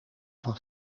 van